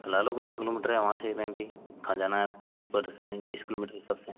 चला लो कितना किलोमीटर है वहाँ से एम पी कहाँ जाना है आपको बीस परसेन्ट बीस किलोमीटर के हिसाब से